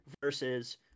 versus